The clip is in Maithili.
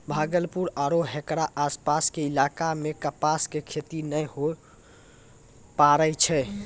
भागलपुर आरो हेकरो आसपास के इलाका मॅ कपास के खेती नाय होय ल पारै छै